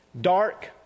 dark